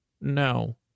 No